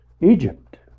Egypt